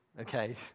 Okay